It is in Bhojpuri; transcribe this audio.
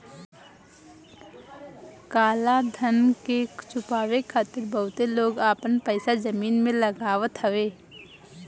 काला धन के छुपावे खातिर बहुते लोग आपन पईसा जमीन में लगावत हवे